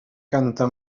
canta